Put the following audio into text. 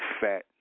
fat